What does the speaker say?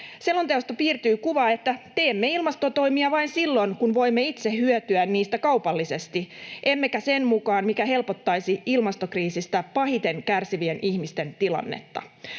Selonteosta piirtyy kuva, että teemme ilmastotoimia vain silloin, kun voimme itse hyötyä niistä kaupallisesti, emmekä sen mukaan, mikä helpottaisi ilmastokriisistä pahiten kärsivien ihmisten tilannetta.